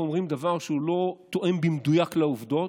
אומרים דבר שהוא לא תואם במדויק לעובדות.